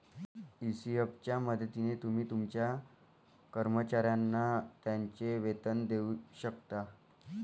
ECS च्या मदतीने तुम्ही तुमच्या कर्मचाऱ्यांना त्यांचे वेतन देऊ शकता